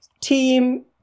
Team